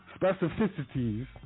specificities